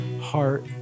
heart